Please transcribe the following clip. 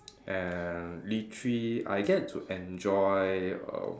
and literally I get to enjoy err